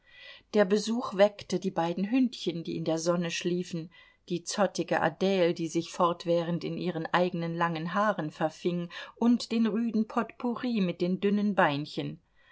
der besuch weckte die beiden hündchen die in der sonne schliefen die zottige adle die sich fortwährend in ihren eigenen langen haaren verfing und den rüden potpourri mit den dünnen beinchen